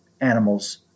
animals